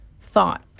thought